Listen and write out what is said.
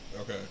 Okay